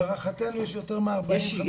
להערכתנו יש יותר מ-40,000-50,000.